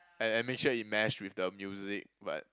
I I make sure it mash with the music but